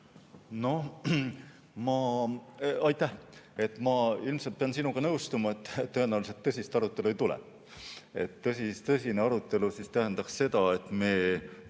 Ma arvan, et ma ilmselt pean sinuga nõustuma, et tõenäoliselt tõsist arutelu ei tule. Tõsine arutelu tähendaks seda, et me